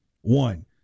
One